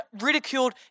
ridiculed